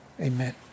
Amen